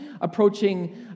approaching